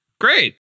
great